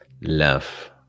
Love